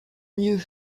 mieux